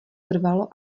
trvalo